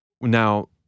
Now